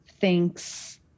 thinks